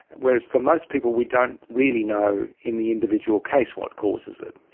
whereas for most people we don't really know in the individual case what causes it.